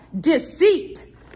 deceit